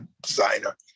designer